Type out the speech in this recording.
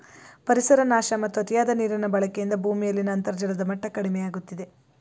ಪರಿಸರ ನಾಶ ಮತ್ತು ಅತಿಯಾದ ನೀರಿನ ಬಳಕೆಯಿಂದ ಭೂಮಿಯಲ್ಲಿನ ಅಂತರ್ಜಲದ ಮಟ್ಟ ಕಡಿಮೆಯಾಗುತ್ತಿದೆ